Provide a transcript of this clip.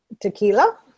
Tequila